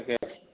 অঁ